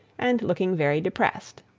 and looking very depressed.